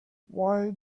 why